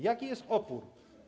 Jaki jest opór?